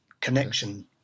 connection